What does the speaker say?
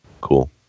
cool